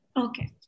Okay